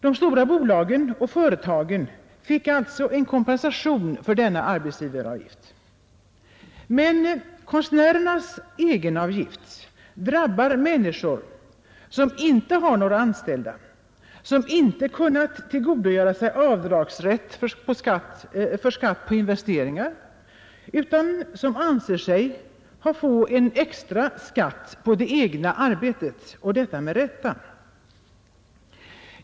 De stora bolagen och andra företag fick alltså en kompensation för denna avgift, men konstnärernas egenavgift drabbar människor som inte har några anställda, som inte kunnat tillgodogöra sig avdragsrätt för skatt på investeringar, utan som anser sig — och det med rätta — få en extra skatt på det egna arbetet.